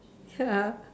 ya